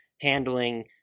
handling